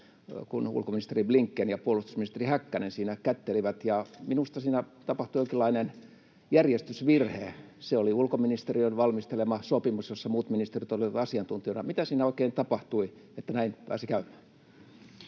kun ulkoministeri Blinken ja puolustusministeri Häkkänen siinä kättelevät, ja minusta siinä tapahtui jonkinlainen järjestysvirhe. Se oli ulkoministeriön valmistelema sopimus, jossa muut ministeriöt olivat asiantuntijoina. Mitä siinä oikein tapahtui, että näin pääsi käymään?